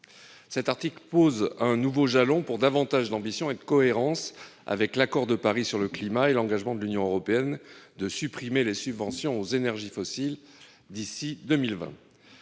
Cet article pose un nouveau jalon pour davantage d'ambition et de cohérence avec l'accord de Paris sur le climat et l'engagement de l'Union européenne de supprimer les subventions aux énergies fossiles d'ici à 2020.